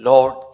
Lord